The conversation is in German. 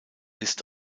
ist